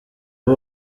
ubu